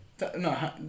No